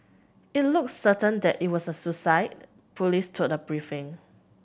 it looks certain that it was a suicide police told a briefing